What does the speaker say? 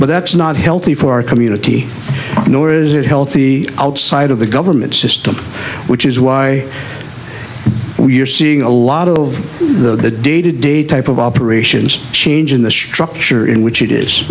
but that's not healthy for our community nor is it healthy outside of the government system which is why we're seeing a lot of the the day to day type of operations change in the structure in which it is